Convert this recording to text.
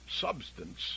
substance